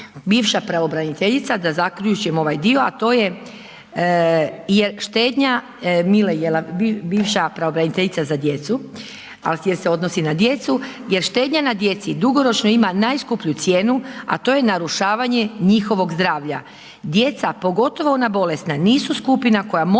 bivša pravobraniteljica, da zaključim ovaj dio a to je jer štednja, bivša pravobraniteljica za djecu a gdje se odnosi na djecu, jer štednja na djeci dugoročno ima najskuplju cijenu a to je narušavanje njihovog zdravlja. Djeca pogotovo ona bolesna, nisu skupina koja može